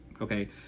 okay